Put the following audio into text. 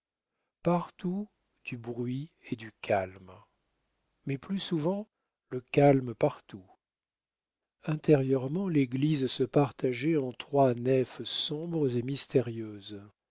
partout du bruit et du calme mais plus souvent le calme partout intérieurement l'église se partageait en trois nefs sombres et mystérieuses